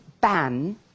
ban